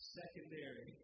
secondary